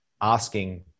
asking